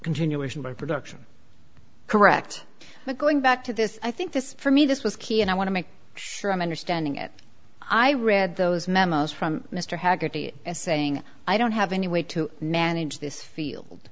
continuation by production correct me going back to this i think this for me this was key and i want to make sure i'm understanding it i read those memos from mr haggerty as saying i don't have any way to manage this field